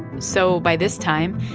so by this time,